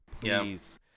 please